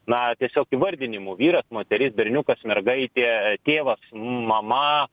na tiesiog įvardinimų vyras moteris berniukas mergaitė tėvas mama